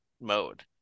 mode